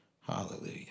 Hallelujah